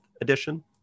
edition